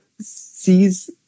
sees